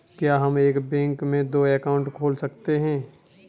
क्या हम एक बैंक में दो अकाउंट खोल सकते हैं?